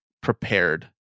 prepared